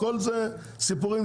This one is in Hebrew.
הכול סיפורים,